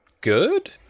good